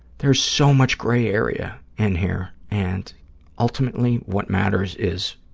there's so much gray area in here, and ultimately what matters is